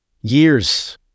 Years